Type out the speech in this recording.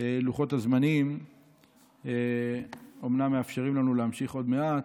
לוחות הזמנים אומנם מאפשרים לנו להמשיך עוד מעט,